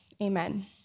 amen